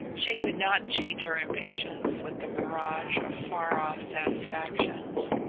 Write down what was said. she could not cheat her impatience with the mirage of far-off satisfactions,